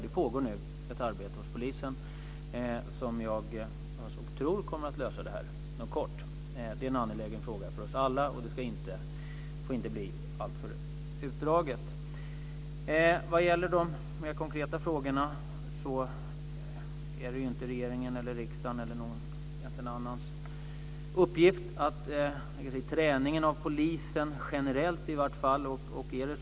Det pågår nu ett arbete hos polisen som gör att detta nog kommer att lösas inom kort. Det är en angelägen fråga för oss alla, och det får inte bli alltför utdraget. När det gäller de mer konkreta frågorna är det inte regeringens eller riksdagens uppgift att generellt lägga sig i träningen av poliser.